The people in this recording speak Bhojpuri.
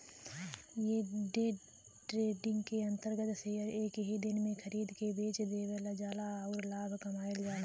डे ट्रेडिंग के अंतर्गत शेयर एक ही दिन में खरीद के बेच देवल जाला आउर लाभ कमायल जाला